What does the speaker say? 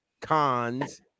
Cons